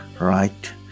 Right